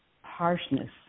harshness